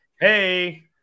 hey